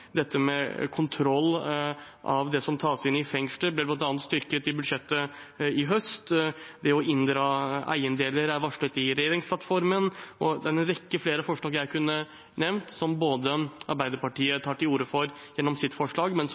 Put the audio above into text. kontroll med det som tas inn i fengsler, ble styrket i budsjettet i høst. Å inndra eiendeler er varslet i regjeringsplattformen. Det er en rekke forslag jeg kunne nevnt, som Arbeiderpartiet tar til orde for gjennom sine forslag, men